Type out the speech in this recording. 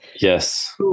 Yes